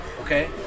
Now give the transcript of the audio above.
Okay